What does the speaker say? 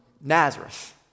Nazareth